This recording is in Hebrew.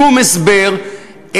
שום הסבר,